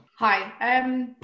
Hi